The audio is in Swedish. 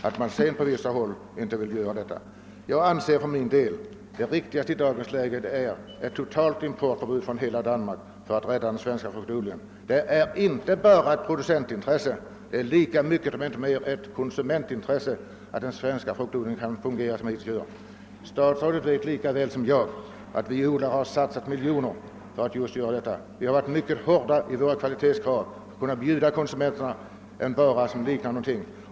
Jag anser att det riktigaste i dagens läge för att rädda den svenska fruktodlingen vore att införa ett totalförbud mot import av fruktträd från hela Danmark; det är inte bara ett producentintresse utan lika mycket, om inte mer, ett konsumentintresse. Statsrådet vet lika väl som jag att vi odlare har satsat miljoner för att tillgodose kvalitetskraven och bjuda konsumenterna en vara som liknar något.